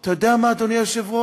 אתה יודע מה, אדוני היושב-ראש?